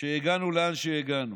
שהגענו לאן שהגענו.